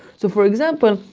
so for example,